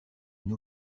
une